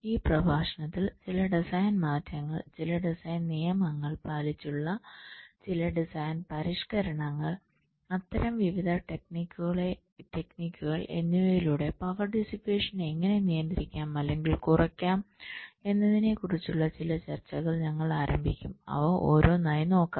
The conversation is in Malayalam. ഈ പ്രഭാഷണത്തിൽ ചില ഡിസൈൻ മാറ്റങ്ങൾ ചില ഡിസൈൻ നിയമങ്ങൾ പാലിച്ചുള്ള ഡിസൈൻ പരിഷ്ക്കരണങ്ങൾ അത്തരം വിവിധ ടെക്നിക്കുകൾ എന്നിവയിലൂടെ പവർ ഡെസിപേഷൻ എങ്ങനെ നിയന്ത്രിക്കാം അല്ലെങ്കിൽ കുറയ്ക്കാം എന്നതിനെക്കുറിച്ചുള്ള ചില ചർച്ചകൾ ഞങ്ങൾ ആരംഭിക്കും അവ ഓരോന്നായി നോക്കാം